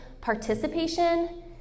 participation